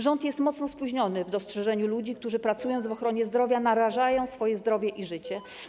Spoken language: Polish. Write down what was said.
Rząd jest mocno spóźniony w kwestii dostrzeżenia ludzi, którzy pracując w ochronie zdrowia, narażają swoje zdrowie i życie.